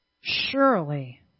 Surely